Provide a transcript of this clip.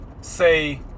say